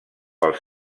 als